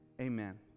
Amen